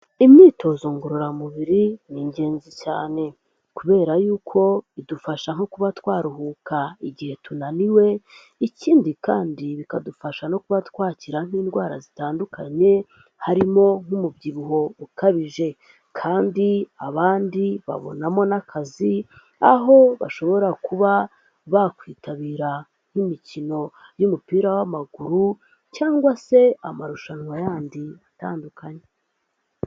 Imyitozo ngororamubiri ni ingenzi cyane kubera yuko idufasha nko kuba twaruhuka igihe tunaniwe, ikindi kandi ikadufasha no kuba twakira nk'indwara zitandukanye harimo nk'umubyibuho ukabije kandi abandi babonamo n'akazi aho bashobora kuba bakwitabira n'imikino y'umupira w'amaguru cyangwa se amarushanwa yandi atandukanye.